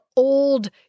Old